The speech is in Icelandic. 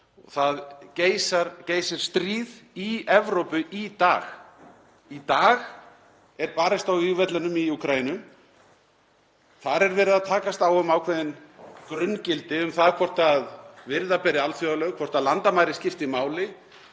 Það geisar stríð í Evrópu í dag. Í dag er barist á vígvellinum í Úkraínu. Þar er verið að takast á um ákveðin grunngildi um það hvort virða beri alþjóðalög, hvort landamæri skipti máli.